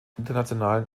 internationalen